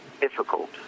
difficult